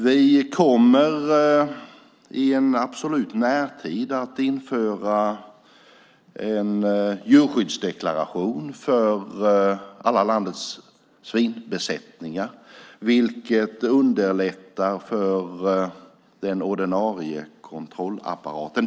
Vi kommer i en absolut närtid att införa en djurskyddsdeklaration för alla landets svinbesättningar, vilket underlättar för den ordinarie kontrollapparaten.